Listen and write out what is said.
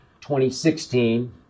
2016